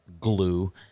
glue